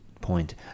point